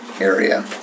area